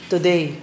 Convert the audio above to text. Today